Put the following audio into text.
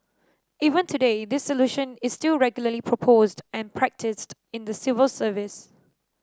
even today this solution is still regularly proposed and practised in the civil service